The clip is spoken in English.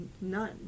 none